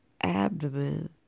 abdomen